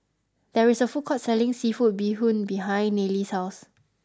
there is a food court selling seafood bee hoon behind Nayely's house